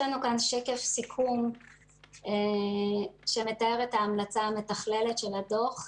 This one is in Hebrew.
יש לנו כאן שקף סיכום שמתאר את ההמלצה המתכללת של הדוח.